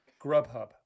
Grubhub